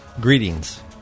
greetings